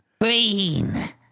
green